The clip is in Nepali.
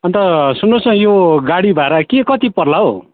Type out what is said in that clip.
अन्त सुन्नुहोस् न यो गाडी भाडा के कति पर्ला हौ